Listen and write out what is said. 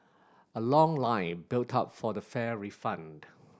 a long line built up for the fare refund